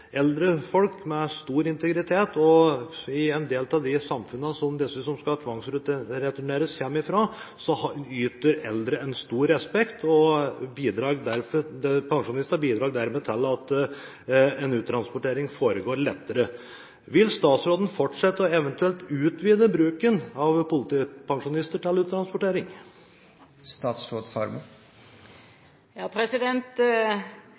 med stor integritet. I en del av de samfunnene som de som skal tvangsreturneres kommer fra, nyter eldre en stor respekt, og pensjonistene bidrar dermed til at en uttransportering foregår lettere. Vil statsråden fortsette med, eventuelt utvide, bruken av pensjonister til uttransportering?